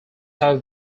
have